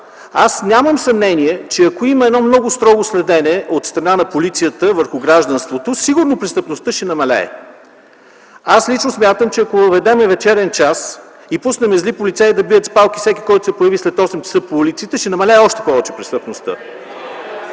Нямам съмнение, че ако има много строго следене от страна на полицията върху гражданството, сигурно престъпността ще намалее. Лично аз смятам, че ако въведем вечерен час и пуснем зли полицаи да бият с палки всеки, който се появи след 8 ч. по улиците, престъпността